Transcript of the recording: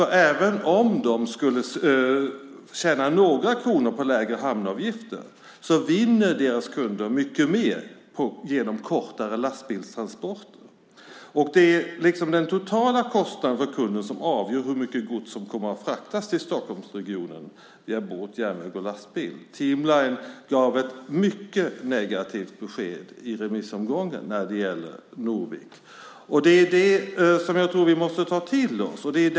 Även om de skulle tjäna några kronor på lägre hamnavgifter vinner deras kunder mer på kortare lastbilstransporter. Det är den totala kostnaden för kunden som avgör hur mycket gods som kommer att fraktas till Stockholmsregionen via båt, järnväg och lastbil. Team Lines gav ett mycket negativt besked i remissomgången när det gäller Norvik. Vi måste ta till oss av detta.